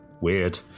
Weird